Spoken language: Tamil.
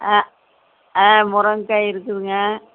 ஆ ஆ முருங்க்காய் இருக்குதுங்க